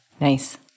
Nice